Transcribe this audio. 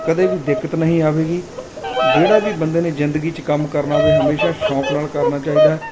ਕਦੇ ਵੀ ਦਿੱਕਤ ਨਹੀਂ ਆਵੇਗੀ ਜਿਹੜਾ ਵੀ ਬੰਦੇ ਨੇ ਜ਼ਿੰਦਗੀ 'ਚ ਕੰਮ ਕਰਨਾ ਹੋਵੇ ਹਮੇਸ਼ਾਂ ਸ਼ੌਂਕ ਨਾਲ ਕਰਨਾ ਚਾਹੀਦਾ ਹੈ